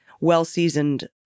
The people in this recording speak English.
well-seasoned